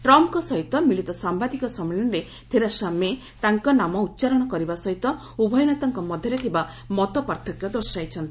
ଟ୍ରମ୍ପ୍ଙ୍କ ସହିତ ମିଳିତ ସାମ୍ଭାଦିକ ସମ୍ମିଳନୀରେ ଥେରେସା ମେ ତାଙ୍କ ନାମ ଉଚ୍ଚାରଣ କରିବା ସହିତ ଉଭୟ ନେତାଙ୍କ ମଧ୍ୟରେ ଥିବା ମତପାର୍ଥକ୍ୟ ଦର୍ଶାଇଛନ୍ତି